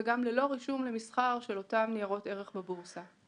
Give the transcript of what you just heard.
רישום למסחר של אותן ניירות ערך בבורסה.